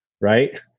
right